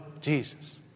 Jesus